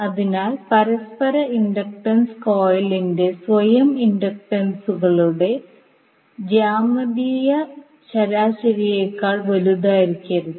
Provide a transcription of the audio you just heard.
അതിനാൽ പരസ്പര ഇൻഡക്റ്റൻസ് കോയിലിന്റെ സ്വയം ഇൻഡക്റ്റൻസുകളുടെ ജ്യാമിതീയ ശരാശരിയേക്കാൾ വലുതായിരിക്കരുത്